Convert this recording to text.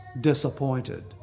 disappointed